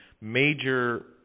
major